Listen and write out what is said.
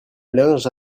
linge